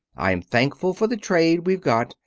i am thankful for the trade we've got.